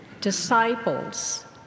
Disciples